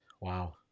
Wow